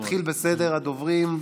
נתחיל בסדר הדוברים.